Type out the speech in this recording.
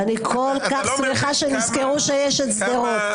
ואני כל כך שמחה שנזכרו שיש את שדרות.